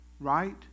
right